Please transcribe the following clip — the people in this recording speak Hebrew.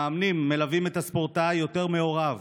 המאמנים מלווים את הספורטאי יותר מהוריו